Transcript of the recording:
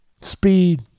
speed